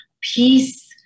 peace